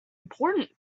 important